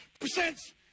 percent